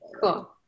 cool